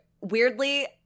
Weirdly